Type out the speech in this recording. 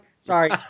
sorry